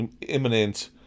imminent